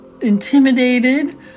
intimidated